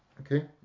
Okay